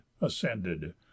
ascended